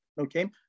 Okay